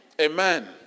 Amen